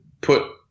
put